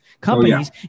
companies